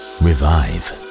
revive